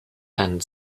and